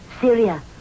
Syria